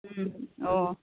अ